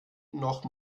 noch